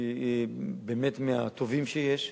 שהיא באמת מהטובים שיש,